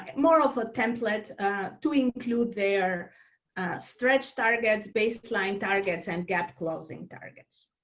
more of a template to include their stretch targets, baseline targets, and gap closing targets.